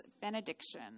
benediction